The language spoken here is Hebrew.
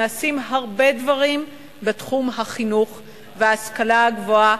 נעשים הרבה דברים בתחום החינוך וההשכלה הגבוהה.